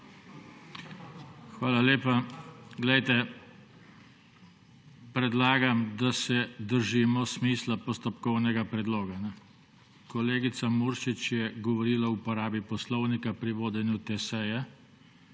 Hvala lepa. Poglejte, predlagam, da se držimo smisla postopkovnega predloga. Kolegica Muršič je govorila o uporabi Poslovnika pri vodenju te seje.